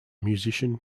musician